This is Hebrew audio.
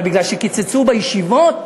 אבל מכיוון שקיצצו בישיבות,